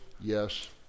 yes